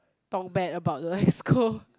talk bad about the Exco